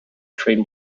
train